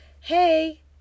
hey